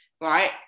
right